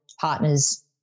partners